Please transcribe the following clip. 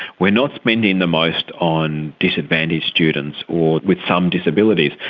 we're not spending the most on disadvantaged students or with some disabilities,